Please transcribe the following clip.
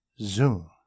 Zoom